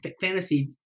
fantasy